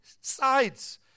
sides